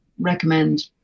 recommend